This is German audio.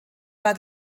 war